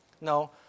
No